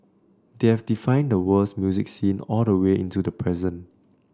they have defined the world's music scene all the way into the present